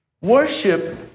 Worship